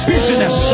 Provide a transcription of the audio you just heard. Business